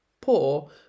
poor